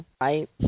right